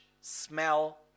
smell